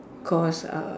cause uh